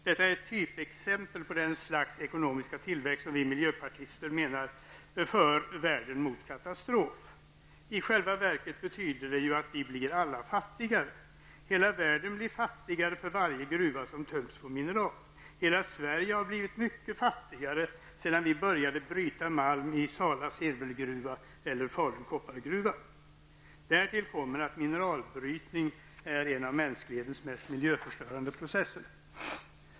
Detta är typexempel på det slags ekonomiska tillväxt som vi miljöpartister menar för världen mot katastrof. I själva verket betyder det ju att vi alla blir fattigare. Hela världen blir fattigare för varje gruva som töms på mineral. Hela Sverige har blivit mycket fattigare sedan vi började bryta malm i Sala silvergruva och Falu koppargruva. Därtill kommer att mineralbrytning är en av mänsklighetens mest miljöförstörande processer.